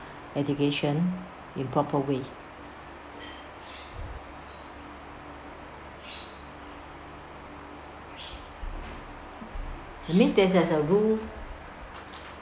education in proper way that means that that's a rule